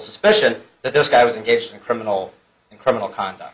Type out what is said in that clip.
suspicion that this guy was engaged in criminal and criminal conduct